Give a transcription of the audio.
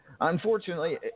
Unfortunately